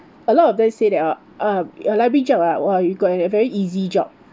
a lot of they say that uh ah your library job ah !wah! you got an a very easy job